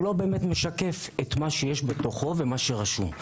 באמת משקף את מה שיש בתוכו ומה שרשום.